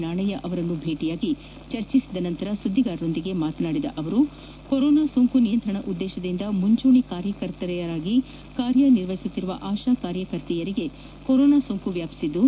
ನಾಣಯ್ಯ ಅವರನ್ನು ಭೇಟಿ ಮಾಡಿ ಚರ್ಚಿಸಿದ ನಂತರ ಸುದ್ದಿಗಾರರ ಜತೆ ಮಾತನಾಡಿದ ಅವರು ಕೊರೋನಾ ಸೋಂಕು ನಿಯಂತ್ರಣ ಉದ್ದೇಶದಿಂದ ಮಂಚೂಣಿ ಕಾರ್ಯಕರ್ತೆಯಾಗಿ ಕಾರ್ಯನಿರ್ವಹಿಸುತ್ತಿರುವ ಆಶಾ ಕಾರ್ಯಕರ್ತೆಯರಿಗೆ ಕೊರೋನಾ ಸೋಂಕು ವ್ಯಾಪಿಸಿದ್ದು